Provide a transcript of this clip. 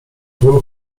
był